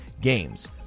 games